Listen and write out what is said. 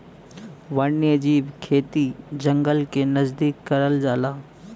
वन्यजीव खेती जंगल के नजदीक करल जाला